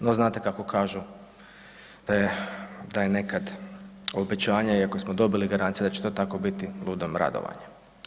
No znate kako kažu, da je nekad obećanje iako smo dobili garanciju da će to tako biti, ludom radovanje.